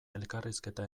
elkarrizketa